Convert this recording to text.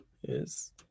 Yes